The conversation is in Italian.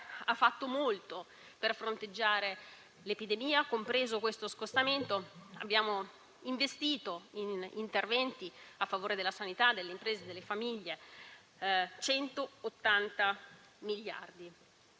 ha fatto molto per fronteggiare l'epidemia, compreso l'attuale scostamento; abbiamo investito 180 miliardi in interventi a favore della sanità, delle imprese, delle famiglie. Questi 180 miliardi